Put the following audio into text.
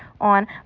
on